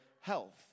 health